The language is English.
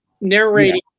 narrating